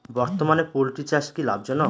বর্তমানে পোলট্রি চাষ কি লাভজনক?